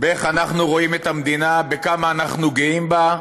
באיך אנחנו רואים את המדינה, בכמה אנחנו גאים בה,